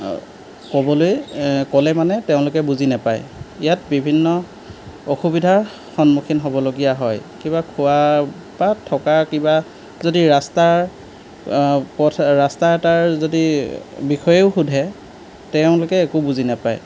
ক'বলৈ ক'লে মানে তেওঁলোকে বুজি নেপায় ইয়াত বিভিন্ন অসুবিধাৰ সন্মুখীন হ'বলগীয়া হয় কিবা খোৱা বা থকা কিবা যদি ৰাস্তাৰ পথ ৰাস্তা এটাৰ যদি বিষয়েও সোধে তেওঁলোকে একো বুজি নাপায়